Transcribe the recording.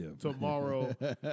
tomorrow